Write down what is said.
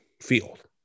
field